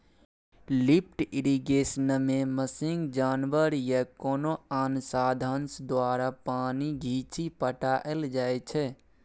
lift इरिगेशनमे machine, जानबर या कोनो आन साधंश द्वारा पानि घीचि पटाएल जाइ छै